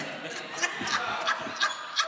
זה טעות,